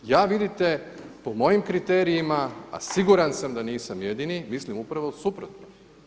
Ja vidite po mojim kriterijima, a siguran sam da nisam jedini mislim upravo suprotno.